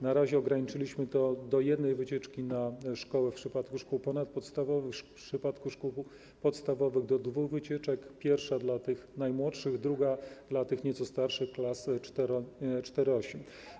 Na razie ograniczyliśmy to do jednej wycieczki na szkołę w przypadku szkół ponadpodstawowych, w przypadku szkół podstawowych do dwóch wycieczek - pierwsza dla tych najmłodszych, druga dla tych nieco starszych, z klas IV-VIII.